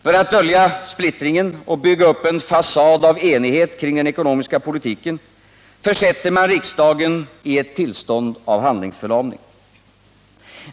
För att dölja splittringen och bygga upp en fasad av enighet kring den ekonomiska politiken försätter man riksdagen i ett tillstånd av handlingsförlamning.